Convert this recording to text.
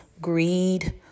greed